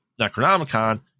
Necronomicon